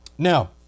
Now